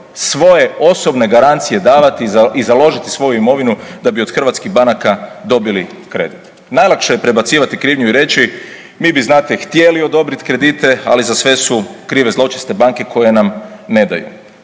svoje osobne garancije davati i založiti svoju imovinu da bi od hrvatskih banaka dobili kredit. Najlakše je prebacivati krivnju i reći mi bi znate htjeli odobrit kredite, ali za sve su krive zločeste banke koje nam ne daju.